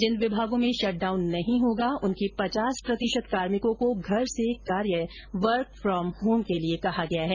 जिन विभागों में shut down नहीं होगा उनके पचास प्रतिशत कार्मिकों को घर से कार्य वर्क फ्रॉम होम के लिए कहा गया है